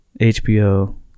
HBO